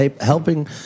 helping